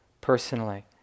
personally